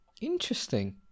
Interesting